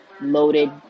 loaded